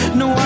no